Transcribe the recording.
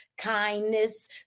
kindness